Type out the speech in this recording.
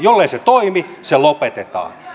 jollei se toimi se lopetetaan